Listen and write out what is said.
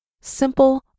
simple